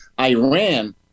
Iran